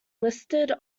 listed